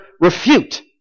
refute